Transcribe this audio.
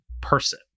person